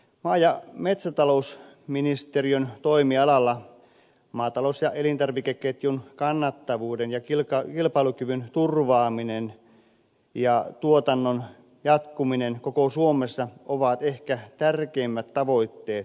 maa ja metsätalousministeriön toimialalla maatalous ja elintarvikeketjun kannattavuuden ja kilpailukyvyn turvaaminen ja tuotannon jatkuminen koko suomessa ovat ehkä tärkeimmät tavoitteet